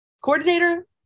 coordinator